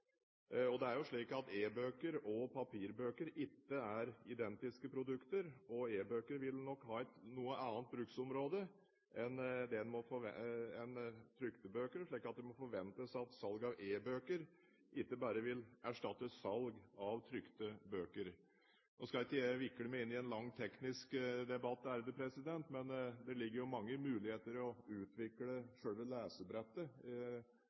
og papirbøker er ikke identiske produkter, og e-bøker vil nok ha et noe annet bruksområde enn trykte bøker, slik at det må forventes at salg av e-bøker ikke bare vil erstatte salg av trykte bøker. Nå skal ikke jeg vikle meg inn i en lang, teknisk debatt, men det ligger mange muligheter i å utvikle selve lesebrettet